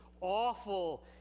awful